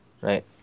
right